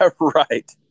Right